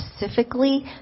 specifically